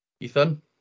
Ethan